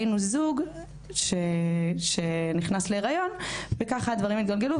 היינו זוג שנכנס להיריון וככה הדברים התגלגלו,